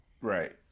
Right